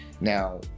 Now